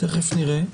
תכף נראה.